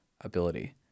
ability